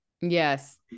Yes